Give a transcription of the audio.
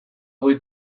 ohi